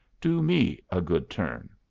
do me a good turn.